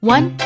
One